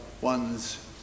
one's